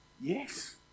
yes